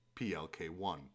PLK1